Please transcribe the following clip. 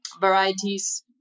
varieties